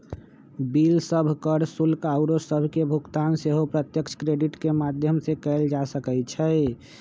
bill सभ, कर, शुल्क आउरो सभके भुगतान सेहो प्रत्यक्ष क्रेडिट के माध्यम से कएल जा सकइ छै